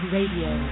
Radio